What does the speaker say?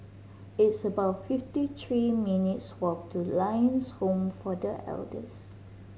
it's about fifty three minutes' walk to Lions Home for The Elders